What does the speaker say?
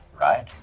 Right